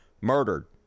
murdered